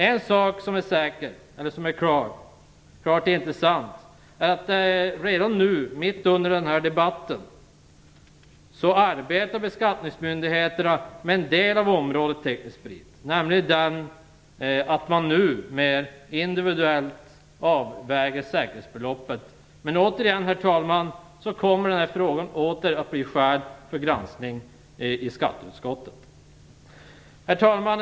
En sak som är klart intressant är att redan nu, mitt under debatten, arbetar beskattningsmyndigheten med en del av området teknisk sprit, nämligen att man numera individuellt avväger säkerhetsbeloppet. Men denna fråga kommer, herr talman, åter att bli föremål för granskning i skatteutskottet. Herr talman!